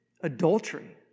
adultery